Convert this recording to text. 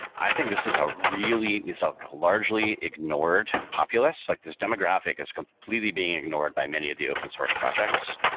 i think this is a really is ah a largely ignored populous. like this demographic is completely being ignored by many of the open source projects.